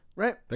Right